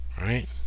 right